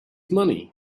money